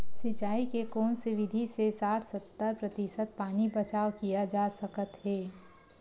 सिंचाई के कोन से विधि से साठ सत्तर प्रतिशत पानी बचाव किया जा सकत हे?